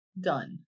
done